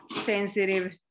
sensitive